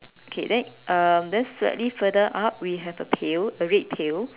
okay then um then slightly further up we have a pail a red pail